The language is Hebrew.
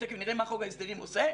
שתיכף נראה מה חוק ההסדרים עושה,